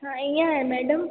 हा ईअं आहे मैडम